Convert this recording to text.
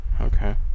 Okay